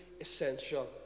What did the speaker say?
essential